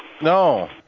No